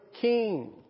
king